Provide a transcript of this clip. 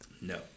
No